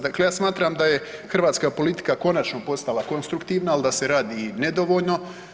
Dakle, ja smatram da je hrvatska politika konačno postala konstruktivna ali da se radi nedovoljno.